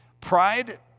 Pride